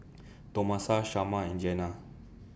Tomasa Shamar and Jeanna